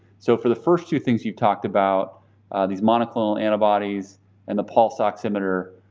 so for the first two things you've talked about these monoclonal antibodies and the pulse oximeter